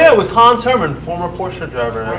yeah was hans hermann, former porsche driver.